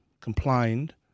complained